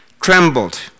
trembled